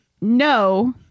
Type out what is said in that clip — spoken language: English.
no